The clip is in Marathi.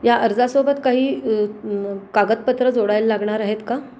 या अर्जासोबत काही कागदपत्रं जोडायला लागणार आहेत का